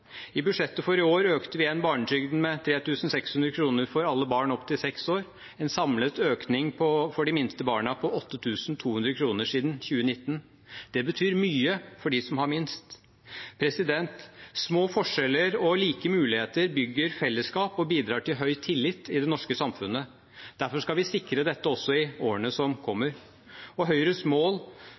I budsjettet for i år økte vi igjen barnetrygden med 3 600 kr for alle barn opptil 6 år – en samlet økning for de minste barna på 8 200 kr siden 2019. Det betyr mye for dem som har minst. Små forskjeller og like muligheter bygger fellesskap og bidrar til høy tillit i det norske samfunnet. Derfor skal vi sikre dette også i årene som kommer. Høyres mål